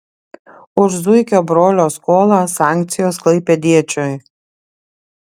už zuikio brolio skolą sankcijos klaipėdiečiui